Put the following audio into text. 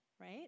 right